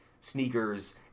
sneakers